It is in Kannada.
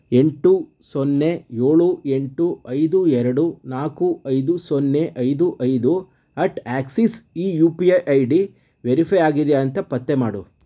ಎಂಟು ಸೊನ್ನೆ ಏಳು ಎಂಟು ಐದು ಎರಡು ನಾಲ್ಕು ಐದು ಸೊನ್ನೆ ಐದು ಐದು ಅಟ್ ಆಕ್ಸಿಸ್ ಈ U P I I D verify ಆಗಿದೆಯಾ ಅಂತ ಪತ್ತೆ ಮಾಡು